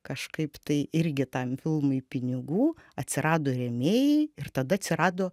kažkaip tai irgi tam filmui pinigų atsirado rėmėjai ir tada atsirado